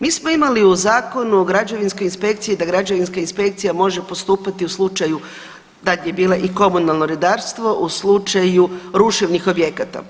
Mi smo imali u Zakonu o građevinskoj inspekciji da građevinska inspekcija može postupati u slučaju tad je bilo i komunalno redarstvo, u slučaju ruševnih objekata.